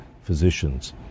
physicians